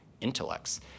intellects